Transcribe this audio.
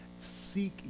seek